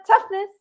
toughness